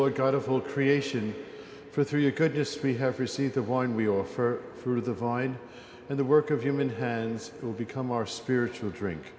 look god awful creation for three you could just we have received the wine we offer through the vine and the work of human hands will become our spiritual drink